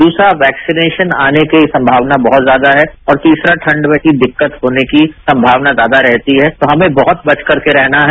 दसरा vaccination आने की संभावना बहत ज्यादा है और तोसरा ठंड में दिक्कत होने की संमावना ज्यादा रहती है तो हमें बहुत बच करके रहना है